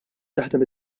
taħdem